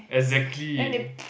exactly